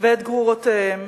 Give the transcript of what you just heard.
ואת גרורותיהם.